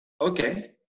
Okay